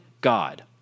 God